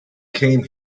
came